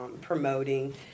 promoting